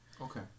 Okay